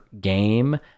game